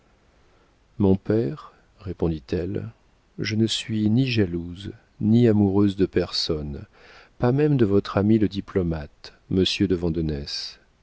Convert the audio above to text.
mon père répondit-elle je ne suis ni jalouse ni amoureuse de personne pas même de votre ami le diplomate monsieur de